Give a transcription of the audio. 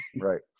Right